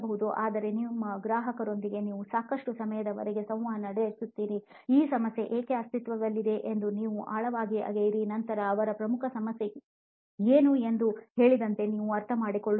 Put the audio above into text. ಆದರೆ ನಿಮ್ಮ ಗ್ರಾಹಕರೊಂದಿಗೆ ನೀವು ಸಾಕಷ್ಟು ಸಮಯದವರೆಗೆ ಸಂವಹನ ನಡೆಸುತ್ತೀರಿ ಆ ಸಮಸ್ಯೆ ಏಕೆ ಅಸ್ತಿತ್ವದಲ್ಲಿದೆ ಎಂದು ನೀವು ಆಳವಾಗಿ ಅಗೆಯಿರಿ ನಂತರ ಅವರ ಪ್ರಮುಖ ಸಮಸ್ಯೆ ಏನು ಎಂದು ಹೇಳಿದಂತೆ ನೀವು ಅರ್ಥಮಾಡಿಕೊಳ್ಳುತ್ತೀರಿ